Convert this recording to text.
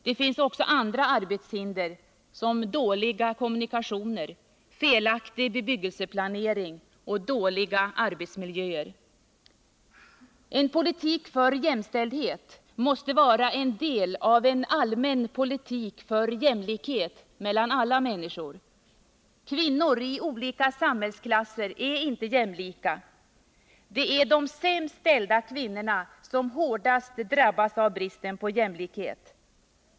Det finns också andra arbetshinder såsom dåliga kommunikationer, felaktig bebyggelseplanering och dåliga arbetsmiljöer. En politik för jämställdhet måste vara en del av en allmän politik för jämlikhet mellan alla människor. Kvinnor i olika samhäll ser är inte jämlika. Det är de sämst ställda kvinnorna som hårdast drabbas av bristen på jämlikhet.